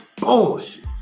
bullshit